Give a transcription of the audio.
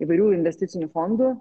įvairių investicinių fondų